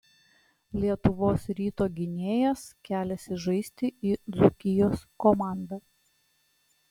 lietuvos ryto gynėjas keliasi žaisti į dzūkijos komandą